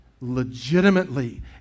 legitimately